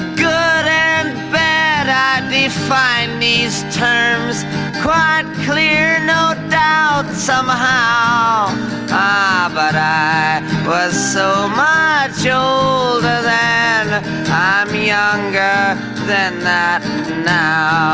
good and bad, i define these terms quite clear, no doubt, somehow ah, but i was so much so older then i'm younger than that now